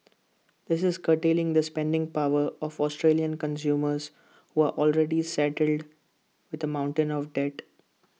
that is curtailing the spending power of Australian consumers who are already saddled with A mountain of debt